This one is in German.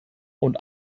und